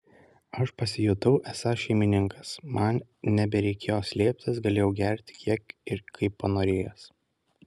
aš pasijutau esąs šeimininkas man nebereikėjo slėptis galėjau gerti kiek ir kaip panorėjęs